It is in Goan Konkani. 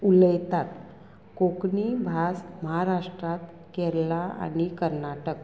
उलयतात कोंकणी भास म्हाराष्ट्रांत केरला आनी कर्नाटक